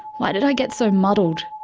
why did i get so muddled?